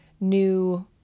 new